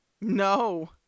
no